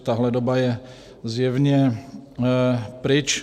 Tahle doba je zjevně pryč.